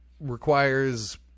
requires